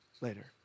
later